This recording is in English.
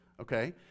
okay